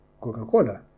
Coca-Cola